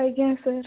ଆଜ୍ଞା ସାର୍